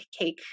cake